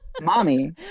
mommy